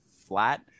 flat